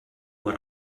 what